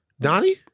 Donnie